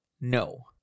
No